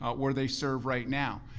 ah where they serve right now.